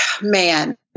Man